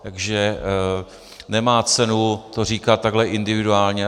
Takže nemá cenu to říkat takhle individuálně.